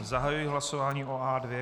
Zahajuji hlasování o A2.